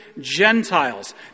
Gentiles